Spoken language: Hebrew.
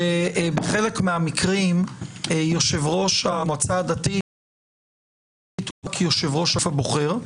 שבחלק מהמקרים יושב-ראש המועצה הדתית הוא לא רק יושב-ראש הגוף הבוחר.